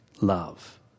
love